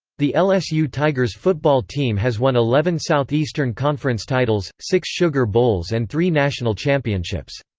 the lsu tigers football team has won eleven southeastern conference titles, six sugar bowls and three national championships.